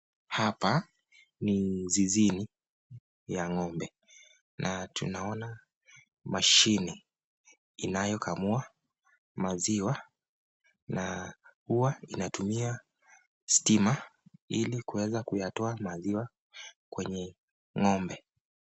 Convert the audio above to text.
Hapa ni zizini ya ng'ombe na tunaona mashini inayokamua maziwa na huwa inatumia stima ili kuweza kuyatoa maziwa kwenye ng'ombe.